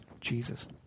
Jesus